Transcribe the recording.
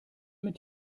mit